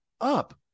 up